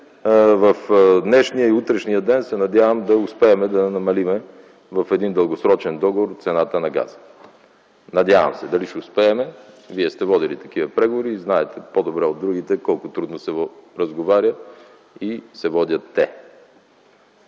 в днешния и утрешния ден се надявам да успеем да намалим цената на газа в един дългосрочен договор. Надявам се. Дали ще успеем – Вие сте водили такива преговори и знаете по-добре от другите колко трудно се разговаря и се водят те.